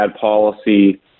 policy